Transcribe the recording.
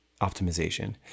optimization